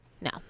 no